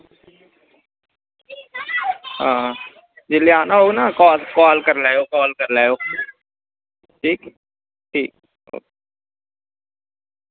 हां जेल्लै आना होग ना आना होग ना काल करी लैएयो काल करी लैएओ ठीक ठीक ओके